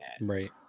Right